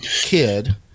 kid